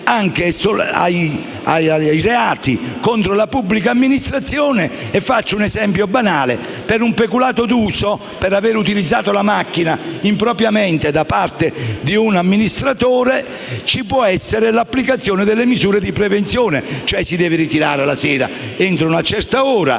anche ai reati contro la pubblica amministrazione. Faccio un esempio banale: per un peculato d'uso, cioè per aver utilizzato la macchina impropriamente da parte di un amministratore, ci può essere l'applicazione delle misure di prevenzione, cioè si deve ritirare la sera entro una certa ora